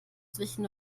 zwischen